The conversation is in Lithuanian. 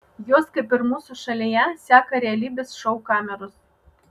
juos kaip ir mūsų šalyje seka realybės šou kameros